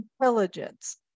intelligence